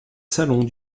salons